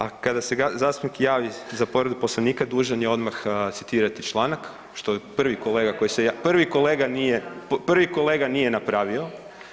A kada se zastupnik javi za povredu Poslovnika dužan je odmah citirati članak, što je prvi kolega koji se javio, prvi kolega nije napravio.